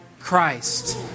Christ